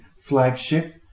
flagship